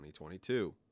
2022